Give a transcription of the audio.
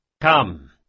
Come